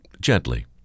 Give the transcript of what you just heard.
gently